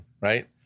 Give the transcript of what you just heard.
right